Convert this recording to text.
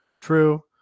true